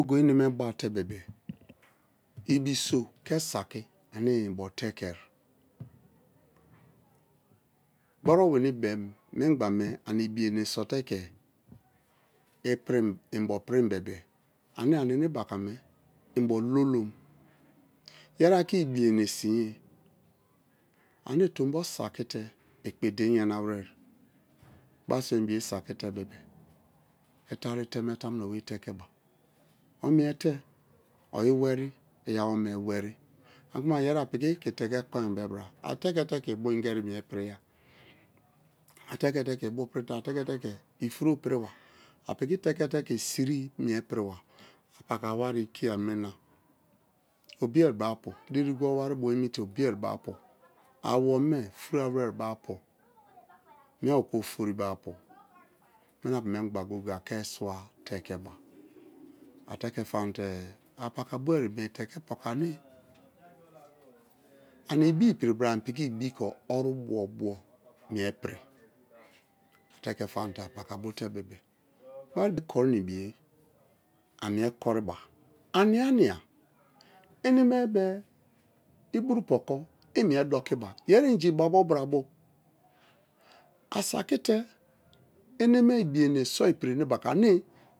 Eneme bate bebe-e ibiso ke siki ane i̠nbo teke gboru̠ weni̠ be-em bingba me ani ibiene so te ke ipi̠ri̠m. inbo prim bebe-e ane ana-onebakame inbo lolom. yeri ake ibi-ene sinye ane tombo saki te okpedein yana were. basa bo isa-ki te be̠be̠-e̠ i̠ tari̠ iteme tamu nobe tekeba ome̠e-te. o iweri iya-wome we̠re̠ ani kuma yere apiki ke itamu be teke ateke te ke ibu ingeri̠ pi̠ri̠ ya. a teke te ke ibuprite a teke te ke i̠ furo piru wa a pi̠ki̠ tekete ke i̠si̠ri̠ mi̠e pi̠ri̠wa apaka waei̠ ikia mena. obie bo apu. diri ga wari̠ bo emi te obie we apu awome. furawere ba apu mie bo oku oferi̠ ba apu mi̠na-a pu̠ mengba abe sua tekeba ateke famate-e apakabue teke poko ane ani ibi̠-i̠pi̠ri̠ bra ani̠ pi̠ki̠ ibi orubobo pi̠ri̠ ateke famate apaka bote-e wari bo̠ kori̠ na ibiye amie kori̠ba ania-nia eneme be i̠bru poko i mie doki ba yeri̠ i̠nji̠ babo brabo asaki te eneme ibi̠ye ene so i̠pi̠rī ene baka ane̠